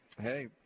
Hey